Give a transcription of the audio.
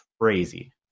crazy